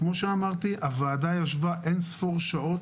כמו שאמרתי, הוועדה ישבה אינספור שעות